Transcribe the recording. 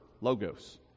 logos